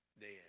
dead